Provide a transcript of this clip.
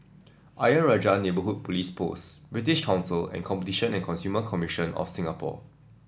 Ayer Rajah Neighbourhood Police Post British Council and Competition and Consumer Commission of Singapore